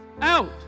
out